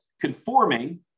conforming